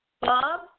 Bob